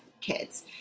kids